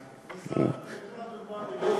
יש לך דוגמה לגוף